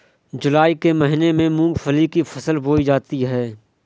जूलाई के महीने में मूंगफली की फसल बोई जाती है